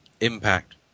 Impact